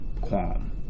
qualm